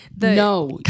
No